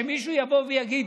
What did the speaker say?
שמישהו יבוא ויגיד.